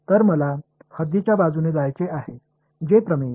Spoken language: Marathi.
तर मला हद्दीच्या बाजूने जायचे आहे जे प्रमेय